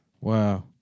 Wow